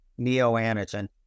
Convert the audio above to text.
neoantigen